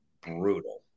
brutal